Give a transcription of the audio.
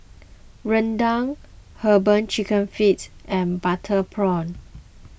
Rendang Herbal Chicken Feet and Butter Prawn